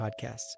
podcasts